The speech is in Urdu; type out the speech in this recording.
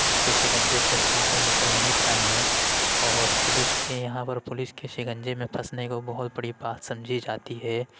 اس کے شکنجے سے باہر نکل نہیں پائے ہیں اور پولیس کے یہاں پر پولیس کے شکنجے میں پھنسنے کو بہت بڑی بات سمجھی جاتی ہے